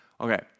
Okay